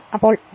അപ്പോൾ 0